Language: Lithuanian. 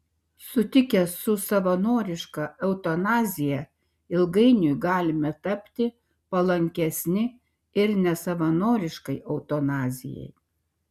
sutikę su savanoriška eutanazija ilgainiui galime tapti palankesni ir nesavanoriškai eutanazijai